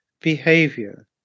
behavior